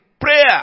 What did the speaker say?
prayer